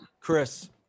Chris